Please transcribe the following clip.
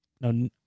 No